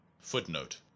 Footnote